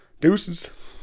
Deuces